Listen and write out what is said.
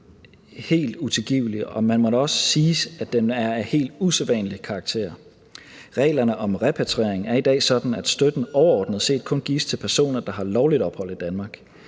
helt utilgivelig, og det må da også siges, at den er af helt usædvanlig karakter. Reglerne om repatriering er i dag sådan, at støtten overordnet set kun gives til personer, der har lovligt ophold i Danmark,